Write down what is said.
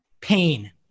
pain